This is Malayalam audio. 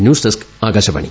news desk Akashvani